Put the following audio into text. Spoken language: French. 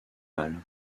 mâle